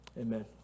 Amen